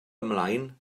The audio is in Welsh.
ymlaen